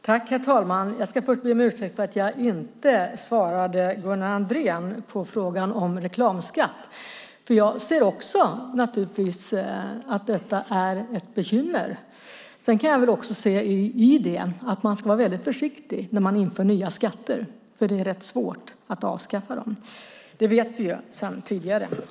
Herr talman! Jag ska först be om ursäkt för att jag inte svarade Gunnar Andrén på frågan om reklamskatt. Jag ser naturligtvis också att detta är ett bekymmer. Sedan kan jag väl också se att man ska vara väldigt försiktig när man inför nya skatter, för det är rätt svårt att avskaffa dem. Det vet vi sedan tidigare.